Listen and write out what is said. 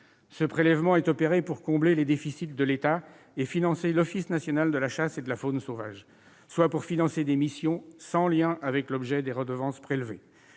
Ce prélèvement est opéré pour combler les déficits de l'État et financer l'Office national de la chasse et de la faune sauvage, donc pour financer des missions sans lien avec l'objet des redevances prélevées.